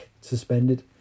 suspended